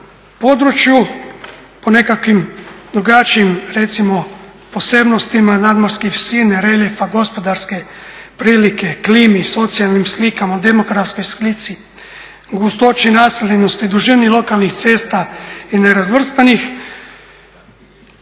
području po nekakvim drugačijim recimo posebnosti nadmorske visine, reljefa, gospodarske prilike, klimi, socijalnim slikama, demografskoj slici, gustoći naseljenosti, dužini lokalnih cesta i nerazvrstanih,